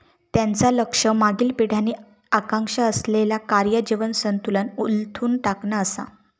त्यांचा लक्ष मागील पिढ्यांनी आकांक्षा असलेला कार्य जीवन संतुलन उलथून टाकणा असा